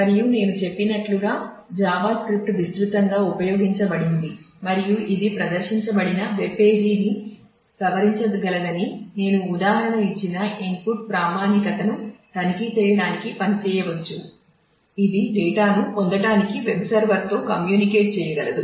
మరియు నేను చెప్పినట్లుగా జావా స్క్రిప్ట్ విస్తృతంగా ఉపయోగించబడింది మరియు ఇది ప్రదర్శించబడిన వెబ్ పేజీని సవరించగలదని నేను ఉదాహరణ ఇచ్చిన ఇన్పుట్ ప్రామాణికతను తనిఖీ చేయడానికి పని చేయవచ్చు ఇది డేటాను పొందటానికి వెబ్ సర్వర్తో కమ్యూనికేట్ చేయగలదు